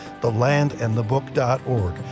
thelandandthebook.org